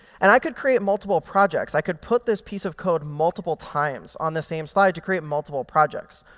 and i could create multiple projects. i could put this piece of code multiple times on the same slide to create multiple projects.